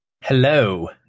Hello